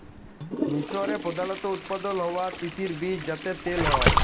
মিসরে প্রধালত উৎপাদল হ্য়ওয়া তিসির বীজ যাতে তেল হ্যয়